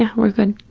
yeah we're good.